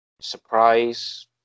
Surprise